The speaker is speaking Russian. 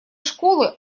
школы